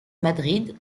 madrid